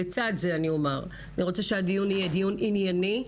לצד זה אומר שאני רוצה שהדיון יהיה דיון ענייני,